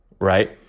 right